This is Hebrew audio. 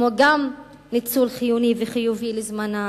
וכך יהיה גם ניצול חיוני וחיובי של זמנן,